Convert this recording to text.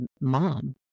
mom